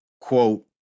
quote